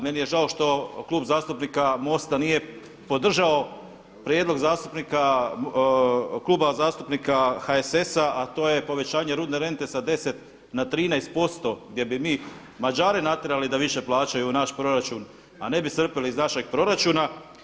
Meni je žao što Klub zastupnika MOST-a nije podržao prijedlog zastupnika, Kluba zastupnika HSS-a a to je povećanje rudne rente sa 10 na 13% gdje bi mi Mađare natjerali da više plaćaju naš proračun, a ne bi crpili iz našeg proračuna.